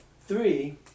Three